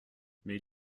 mais